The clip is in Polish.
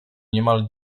niemal